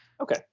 Okay